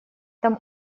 там